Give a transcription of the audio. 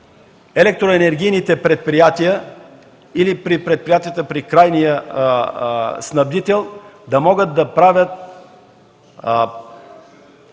електроенергийните предприятия или предприятията при крайния снабдител, да могат да правят